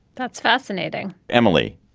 that's fascinating. emily,